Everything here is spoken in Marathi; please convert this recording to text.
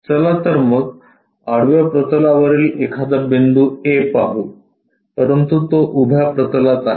चला तर मग आडव्या प्रतलावरील एखादा बिंदू A पाहू परंतु तो उभ्या प्रतलात आहे